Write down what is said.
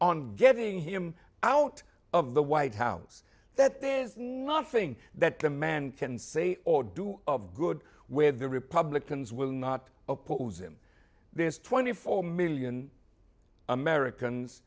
on getting him out of the white house that there is nothing that the man can say or do of good where the republicans will not oppose him there's twenty four million americans